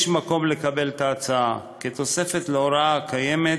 יש מקום לקבל את ההצעה, כתוספת להוראה הקיימת